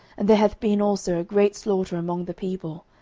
and there hath been also a great slaughter among the people,